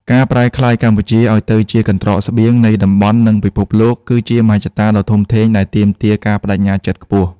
ការប្រែក្លាយកម្ពុជាឱ្យទៅជា "កន្ត្រកស្បៀង" នៃតំបន់ និងពិភពលោក គឺជាមហិច្ឆតាដ៏ធំធេងដែលទាមទារការប្តេជ្ញាចិត្តខ្ពស់។